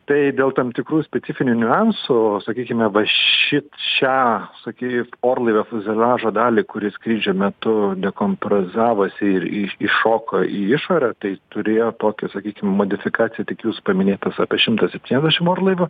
tai dėl tam tikrų specifinių niuansų sakykime va šit čia sakys orlaivio fiuzeražo dalį kuri skrydžio metu dekomprozavosi ir į iššoko į išorę tai turėjo tokią sakykim modifikaciją tik jūsų paminėtas apie šimtas septyniasdešimt orlaivių